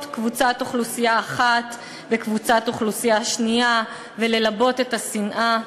קבוצת אוכלוסייה אחת בקבוצת אוכלוסייה שנייה ובליבוי השנאה.